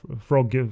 frog